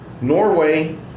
Norway